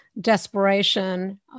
desperation